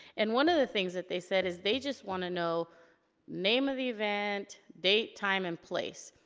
and one of the things that they said, is they just wanna know name of event, date, time, and place.